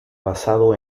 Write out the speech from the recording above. basado